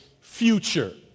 future